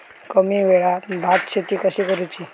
कमी वेळात भात शेती कशी करुची?